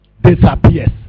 disappears